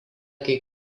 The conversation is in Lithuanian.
kai